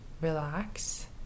relax